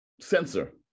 sensor